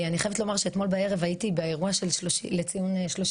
אני חייבת לומר שאתמול בערב הייתי באירוע לציון 30